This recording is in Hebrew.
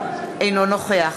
אינו נוכח